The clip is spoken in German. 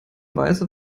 weiße